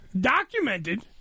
documented